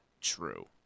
true